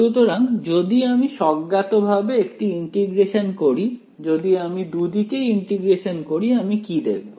সুতরাং যদি আমি স্বজ্ঞাতভাবে একটি ইন্টিগ্রেশন করি যদি আমি দুদিকেই ইন্টিগ্রেশন করি আমি কি দেখব